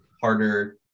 harder